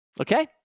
okay